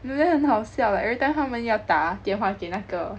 you know then 很好笑 like everytime 他们要打电话给那个